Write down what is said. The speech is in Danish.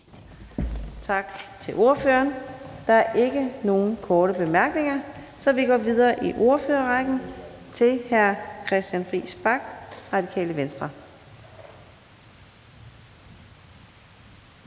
Tak til ordføreren. Der er ikke nogen korte bemærkninger, så vi går videre i ordførerrækken til hr. Christian Friis Bach, Radikale Venstre.